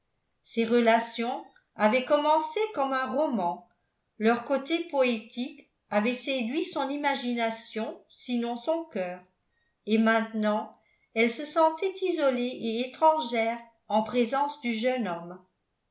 ces relations avaient commencé comme un roman leur côté poétique avait séduit son imagination sinon son cœur et maintenant elle se sentait isolée et étrangère en présence du jeune homme